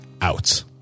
out